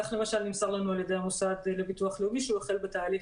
למשל נמסר לנו על ידי המוסד לביטוח לאומי שהוא החל בתהליך